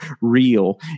real